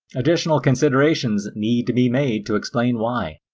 additional considerations need to be made to explain why.